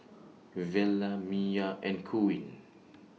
Vela Mya and Queen